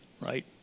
Right